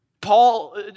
Paul